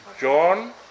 John